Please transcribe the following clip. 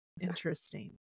Interesting